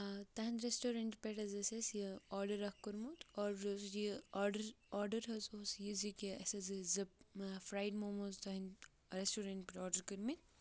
آ تُہنٛد رٮ۪سٹورنٛٹ پٮ۪ٹھ حظ ٲسۍ أسۍ یہِ آرڈَر اَکھ کوٚرمُت آرڈَر اوس یہِ آرڈَر آرڈَر حظ اوس یہِ زِ کہِ اَسہِ حظ ٲسۍ زٕ فرٛایڈ موموز تُہنٛدِ رٮ۪سٹورنٛٹ پٮ۪ٹھ آرڈَر کٔرمٕتۍ